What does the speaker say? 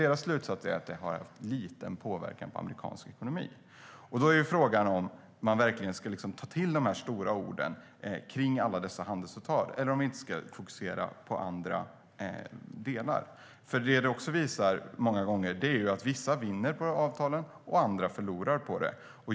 Deras slutsats var att det haft liten påverkan på amerikansk ekonomi. Då är frågan om man verkligen ska ta till de stora orden om alla dessa handelsavtal eller om man ska fokusera på andra delar. Det visar sig många gånger att vissa vinner på avtalen medan andra förlorar.